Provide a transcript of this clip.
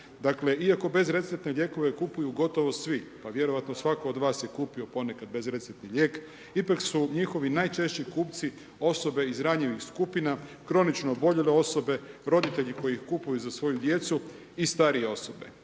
Dakle iako bezreceptne lijekove kupuju gotovo svi, pa vjerojatno svatko od vas je kupio ponekad bezreceptni lijek, ipak su njihovi najčešći kupci osobe iz ranjivih skupina, kronično oboljele osobe, roditelji koji kupuju za svoju djecu i starije osobe.